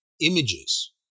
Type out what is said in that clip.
images